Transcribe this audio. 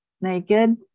naked